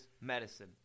medicine